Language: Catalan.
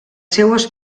seues